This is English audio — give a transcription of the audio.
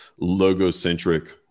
logocentric